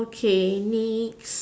okay